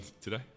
today